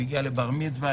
הוא הגיע לבר מצווה,